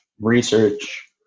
research